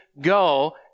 go